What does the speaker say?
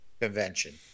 convention